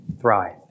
Thrive